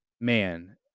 man